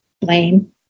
blame